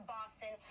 Boston